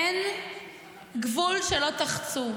אין גבול שלא תחצו,